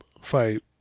fight